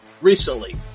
recently